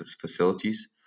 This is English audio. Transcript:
facilities